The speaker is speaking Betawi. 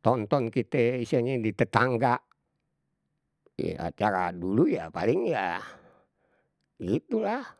tonton kite istilahnye di tetangga. Ya acara dulu ya paling ya itulah.